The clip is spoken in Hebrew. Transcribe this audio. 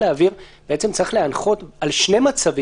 צריך להנחות על שני מצבים.